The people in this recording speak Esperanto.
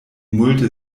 multe